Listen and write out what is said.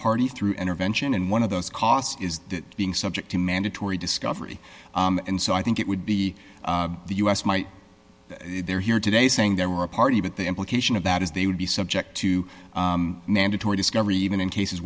party through intervention and one of those costs is that being subject to mandatory discovery and so i think it would be the u s might they're here today saying there were a party but the implication of that is they would be subject to mandatory discovery even in cases